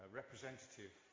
representative